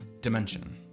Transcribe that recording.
dimension